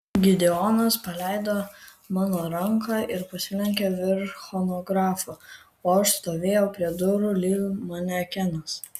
gideonas paleido mano ranką ir pasilenkė virš chronografo o aš stovėjau prie durų lyg manekenas